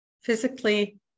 physically